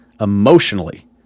emotionally